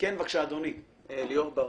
אני ליאור ברק,